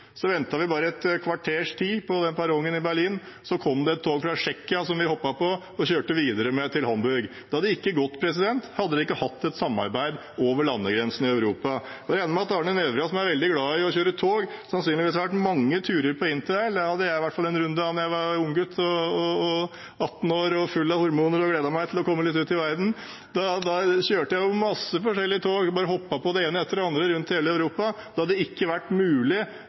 vi hoppet på og kjørte videre med til Hamburg. Det hadde ikke gått hadde de ikke hatt et samarbeid over landegrensene i Europa. Jeg regner med at Arne Nævra, som er veldig glad i å kjøre tog, sannsynligvis har vært på mange Interrail-turer. Det hadde i hvert fall jeg en runde med da jeg var unggutt på 18 år og full av hormoner og gledet meg til å komme litt ut i verden. Da kjørte jeg mange forskjellige tog og bare hoppet på det ene etter det andre rundt i hele Europa. Det hadde ikke vært mulig